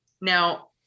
now